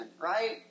right